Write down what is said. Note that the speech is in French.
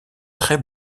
très